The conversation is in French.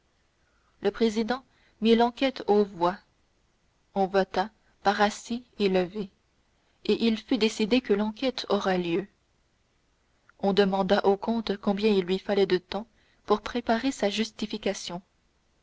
le président mit l'enquête aux voix on vota par assis et levé et il fut décidé que l'enquête aurait lieu on demanda au comte combien il lui fallait de temps pour préparer sa justification